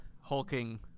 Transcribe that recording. hulking